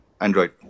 android